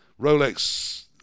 Rolex